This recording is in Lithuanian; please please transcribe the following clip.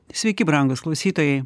sveiki brangūs klausytojai